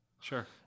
sure